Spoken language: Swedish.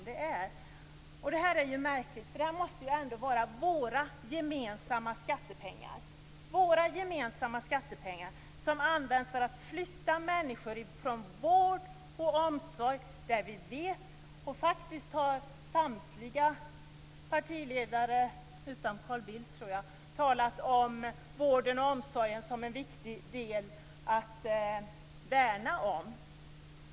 Det är ett märkligt förhållande att våra gemensamma skattepengar används för att flytta människor från vård och omsorg. Samtliga partiledare utom, tror jag, Carl Bildt har talat om vården och omsorgen som något viktigt att värna om.